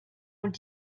und